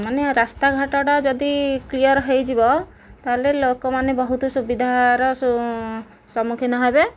ମାନେ ରାସ୍ତାଘାଟଟା ଯଦି କ୍ଲିୟର ହୋଇଯିବ ତାହେଲେ ଲୋକମାନେ ବହୁତ ସୁବିଧାର ସୁ ସମ୍ମୁଖୀନ ହେବେ